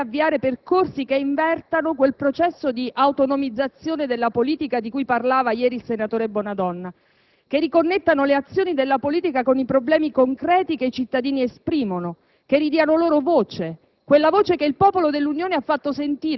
Ma non basta. È necessario, a mio parere, avviare percorsi che invertano quel processo di autonomizzazione della politica di cui parlava ieri il senatore Bonadonna, che riconnettano le azioni della politica con i problemi concreti che i cittadini esprimono, che ridiano loro voce,